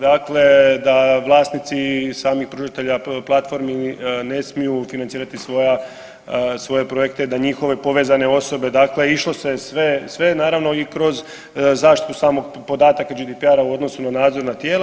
Dakle da vlasnici samih pružatelja platformi ne smiju financirati svoja, svoje projekte, da njihove povezane osobe, dakle, išlo se sve naravno i kroz zaštitu samog podataka, GDPR-a, u odnosu na nadzorna tijela.